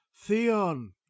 Theon